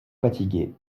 fatigué